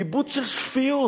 איבוד של שפיות.